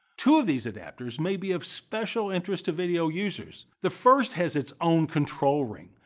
two of these adapters may be of special interest to video users. the first has its own control ring,